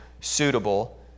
suitable